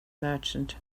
merchant